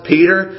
Peter